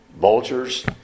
vultures